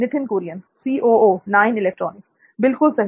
नित्थिन कुरियन बिल्कुल सही